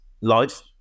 life